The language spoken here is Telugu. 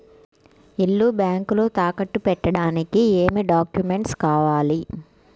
ఇల్లు బ్యాంకులో తాకట్టు పెట్టడానికి ఏమి డాక్యూమెంట్స్ కావాలి?